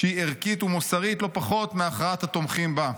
שהיא ערכית ומוסרית לא פחות מהכרעת התומכים בה.